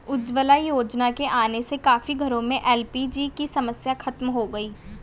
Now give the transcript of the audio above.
उज्ज्वला योजना के आने से काफी घरों में एल.पी.जी की समस्या खत्म हो गई